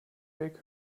weg